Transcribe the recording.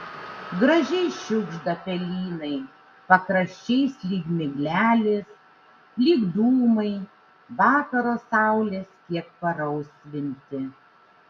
gražiai šiugžda pelynai pakraščiais lyg miglelės lyg dūmai vakaro saulės kiek parausvinti